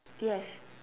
yes